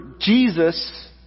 Jesus